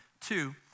Two